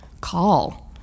call